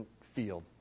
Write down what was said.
field